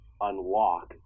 unlock